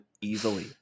easily